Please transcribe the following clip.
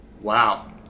wow